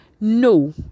no